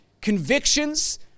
convictions